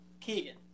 Keegan